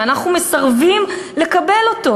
ואנחנו מסרבים לקבל אותו.